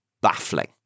baffling